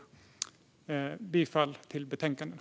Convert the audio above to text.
Jag yrkar bifall till förslaget i betänkandet.